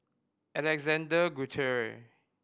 Alexander Guthrie